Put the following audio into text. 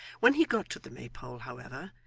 when he got to the maypole, however,